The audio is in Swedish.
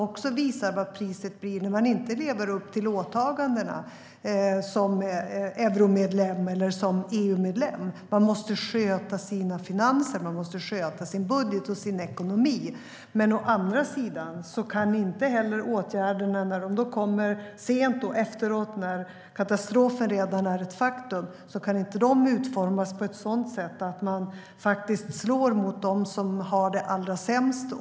Det visar vad priset blir när man inte lever upp till åtagandena som euromedlem eller EU-medlem. Man måste sköta sina finanser, sin budget och sin ekonomi. Men å andra sidan kan inte åtgärderna, när de kommer sent efteråt när katastrofen redan är ett faktum, utformas på ett sådant sätt att de slår mot dem som har det allra sämst.